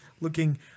looking